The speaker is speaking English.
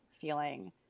feeling